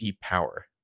power